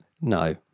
no